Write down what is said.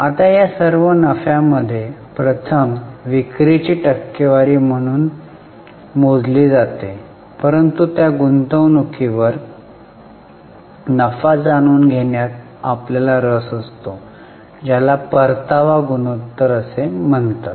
आता या सर्व नफ्यामध्ये प्रथम विक्रीची टक्केवारी म्हणून मोजली जाते परंतु त्या गुंतवणुकीवर नफा जाणून घेण्यात आपल्याला रस असतो ज्याला परतावा गुणोत्तर म्हणतात